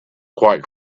quite